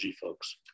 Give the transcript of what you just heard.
folks